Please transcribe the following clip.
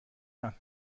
یان